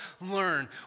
learn